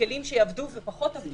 ככלים שעבדו יותר ועבדו פחות.